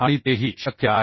आणि तेही शक्य आहे